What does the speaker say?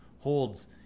holds